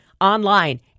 online